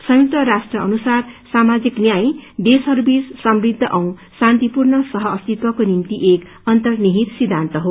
संयुक्त राष्ट्र अनुसार सामाजिक न्याय देशहरू बीच समृद्ध औ शान्तिपूर्ण सह अस्तित्वको निम्ति एक अंतर्निहित सिद्धान्त हो